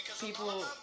people